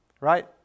Right